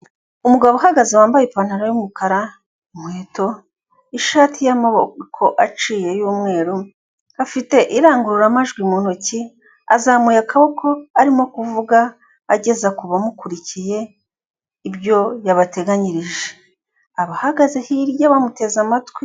Umugabo uhagaze wambaye ipantaro y'umukara, inkweto ishati y'amaboko aciye y'umweru, afite irangururamajwi mu ntoki, azamuye akaboko arimo kuvuga ageza ku bamukurikiye, ibyo yabateganyirije abahagaze hirya bamuteze amatwi.